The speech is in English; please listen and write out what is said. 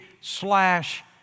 slash